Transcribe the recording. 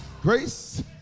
grace